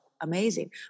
amazing